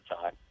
time